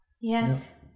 Yes